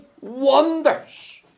wonders